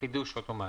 חידוש אוטומטי.